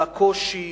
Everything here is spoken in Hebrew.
על הקושי